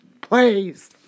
please